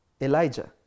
Elijah